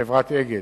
וחברת "אגד",